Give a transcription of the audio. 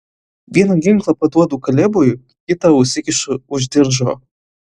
vieną ginklą paduodu kalebui kitą užsikišu už diržo